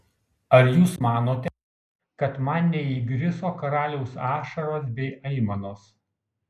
ar jūs manote kad man neįgriso karaliaus ašaros bei aimanos